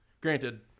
Granted